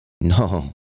No